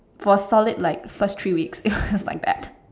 for solid like first three weeks like that